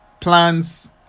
plans